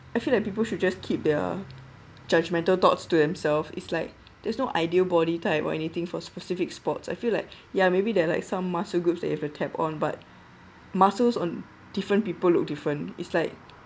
I feel like people should just keep their judgmental thoughts to themselves it's like there's no ideal body type when you think for specific sports I feel like ya maybe there are like some muscle groups that if you tap on but muscles on different people look different it's like